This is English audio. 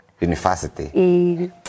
University